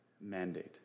mandate